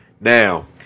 Now